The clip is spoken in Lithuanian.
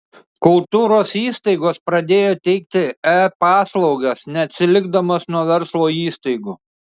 kultūros įstaigos pradėjo teikti e paslaugas neatsilikdamos nuo verslo įstaigų